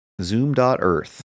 Zoom.earth